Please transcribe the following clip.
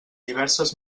diverses